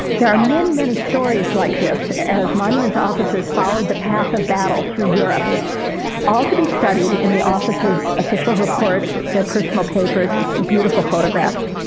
there are many, many stories like this as monuments officers followed the path of battle through europe all to be studied in the officers' official reports, their personal papers, beautiful photographs.